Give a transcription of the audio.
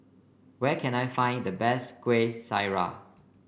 where can I find the best Kueh Syara